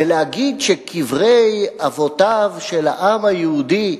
ולהגיד שקברי אבותיו של העם היהודי,